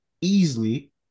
easily